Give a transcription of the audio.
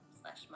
slash